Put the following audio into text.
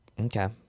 Okay